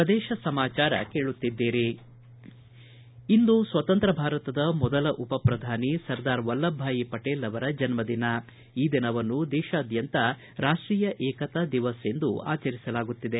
ಪ್ರದೇಶ ಸಮಾಚರ ಕೇಳುತ್ತಿದ್ದೀರಿ ಇಂದು ಸ್ವತಂತ್ರ ಭಾರತದ ಮೊದಲ ಉಪ ಪ್ರಧಾನಿ ಸರ್ದಾರ್ ವಲ್ಲಭ ಭಾಯ್ ಪಟೇಲ್ ಅವರ ಜನ್ಮ ಈ ದಿನವನ್ನು ದೇಶಾದ್ಕಂತ ರಾಷ್ಟೀಯ ಏಕತಾ ದಿವಸ್ ಎಂದು ಆಚರಿಸಲಾಗುತ್ತಿದೆ